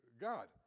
God